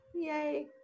yay